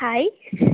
hi